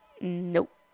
Nope